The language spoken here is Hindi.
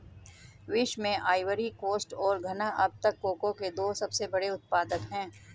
विश्व में आइवरी कोस्ट और घना अब तक कोको के दो सबसे बड़े उत्पादक है